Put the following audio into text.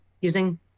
using